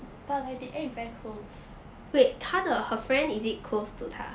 but like they act very close